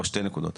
או שתי נקודות.